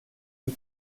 and